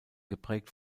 geprägt